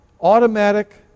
automatic